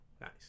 nice